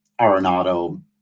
arenado